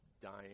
dying –